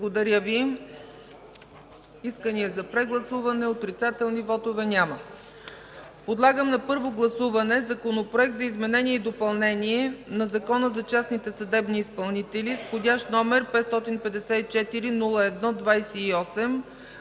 не е прието. Искания за прегласуване, отрицателни вотове? Няма. Подлагам на първо гласуване Законопроект за изменение и допълнение на Закона за частните съдебни изпълнители с вх. № 554-01-28,